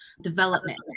development